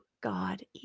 God